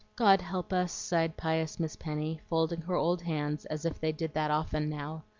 god help us! sighed pious miss penny, folding her old hands, as if they did that often now.